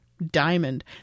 Diamond